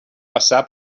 passar